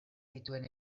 dituen